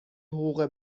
حقوق